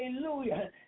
Hallelujah